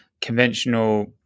conventional